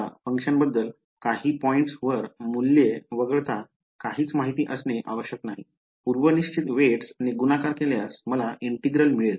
मला फंक्शनबद्दल काही बिंदूंवर मूल्ये वगळता काहीच माहित असणे आवश्यक नाही पूर्वनिश्चित weights ने गुणाकार केल्यास मला इंटिग्रल मिळते